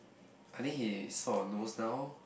I think he sort of knows now